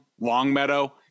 Longmeadow